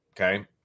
Okay